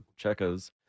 Checo's